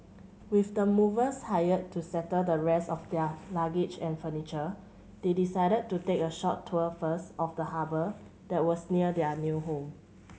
with the movers hired to settle the rest of their luggage and furniture they decided to take a short tour first of the harbour that was near their new home